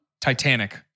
Titanic